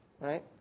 right